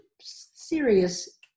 serious